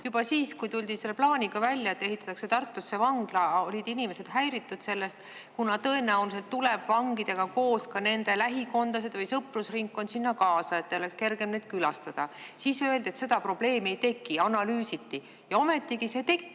Juba siis, kui tuldi välja selle plaaniga, et ehitatakse Tartusse vangla, olid inimesed sellest häiritud, kuna tõenäoliselt tulevad vangidega koos ka nende lähikondlased või sõprusringkond sinna kaasa, et oleks kergem neid külastada. Siis öeldi, et seda probleemi ei teki, seda analüüsiti. Ja ometigi see tekkis!